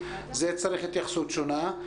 זה צריך התייחסות שונה.